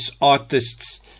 artists